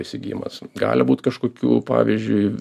įsigijimas gali būt kažkokių pavyzdžiui